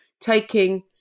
taking